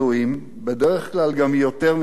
בדרך כלל גם יותר ממה שצריך,